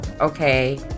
okay